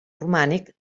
romànic